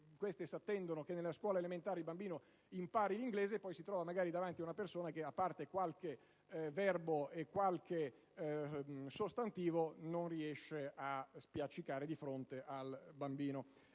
queste si attendono che nelle scuole elementari il bambino impari l'inglese quando, invece, si trova magari davanti un persona che, a parte qualche verbo e qualche sostantivo, non riesce a parlare in inglese di fronte al bambino.